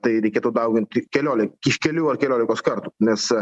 tai reikėtų dauginti kelionę iš kelių ar keliolikos kartų nes